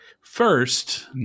first